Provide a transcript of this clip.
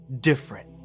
different